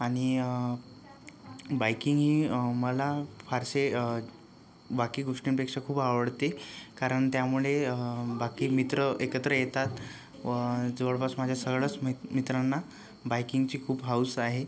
आणि बाइकिंग ही मला फारसे बाकी गोष्टींपेक्षा खूप आवडते कारण त्यामुळे बाकी मित्र एकत्र येतात जवळपास माझ्या सगळ्याच मि मित्रांना बाइकिंगची खूप हौस आहे